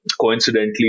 coincidentally